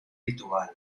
ritual